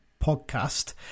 podcast